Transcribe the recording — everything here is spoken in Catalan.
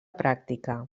pràctica